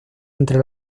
entre